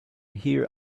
hear